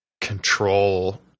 control